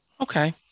Okay